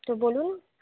তো বলুন